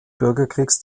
bürgerkriegs